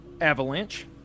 avalanche